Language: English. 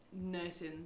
nursing